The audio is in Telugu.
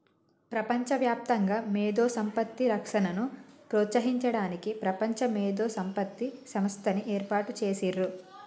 ప్రపంచవ్యాప్తంగా మేధో సంపత్తి రక్షణను ప్రోత్సహించడానికి ప్రపంచ మేధో సంపత్తి సంస్థని ఏర్పాటు చేసిర్రు